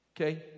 Okay